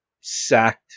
sacked